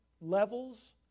levels